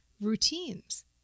routines